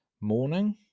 morning